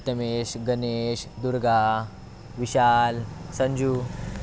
Prathamesh Ganesh Durga Vishal Sanju